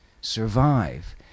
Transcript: survive